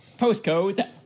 Postcode